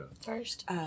first